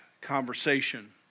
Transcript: conversation